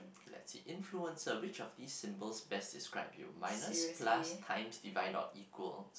so let see influencer which of this symbols best describe you minus plus times divide or equal